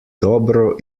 dobro